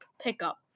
pickup